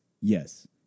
yes